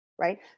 right